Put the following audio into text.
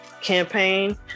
campaign